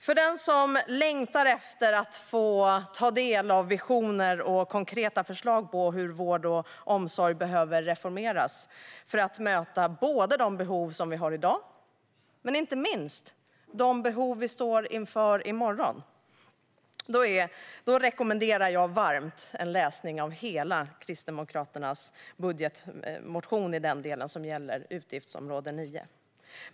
För den som längtar efter att få ta del av visioner och konkreta förslag på hur vård och omsorg ska reformeras för att möta både de behov som vi har i dag och inte minst de behov vi står inför i morgon rekommenderar jag varmt en läsning av hela den del av Kristdemokraternas budgetmotion som gäller utgiftsområde 9.